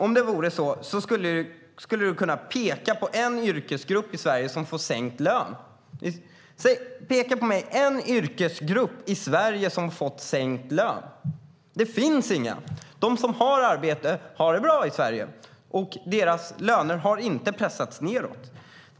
Om det vore så skulle du kunna peka på någon yrkesgrupp i Sverige som får sänkt lön. Kan du peka ut en yrkesgrupp i Sverige för mig som har fått sänkt lön? Det finns ingen sådan. De som har arbete har det bra i Sverige. Deras löner har inte pressats nedåt.